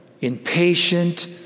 impatient